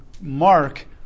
Mark